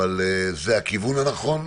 אבל זה הכיוון הנכון,